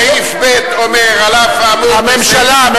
אני, הממשלה.